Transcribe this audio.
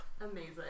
amazing